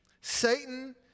Satan